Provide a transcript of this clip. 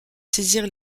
saisir